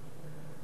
אדוני היושב-ראש,